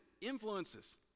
influences